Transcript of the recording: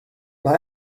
mae